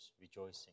rejoicing